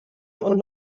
und